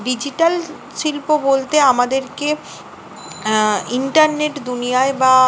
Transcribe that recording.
digital শিল্প বলতে আমাদেরকে ইন্টারনেট দুনিয়ায় বা